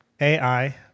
AI